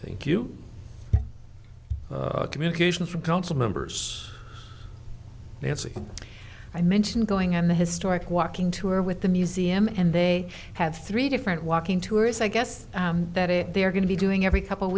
thank you communication from council members i mention going on the historic walking tour with the museum and they have three different walking tours i guess that it they are going to be doing every couple